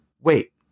wait